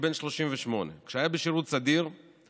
בן 38. כשהוא היה בשירות סדיר הוא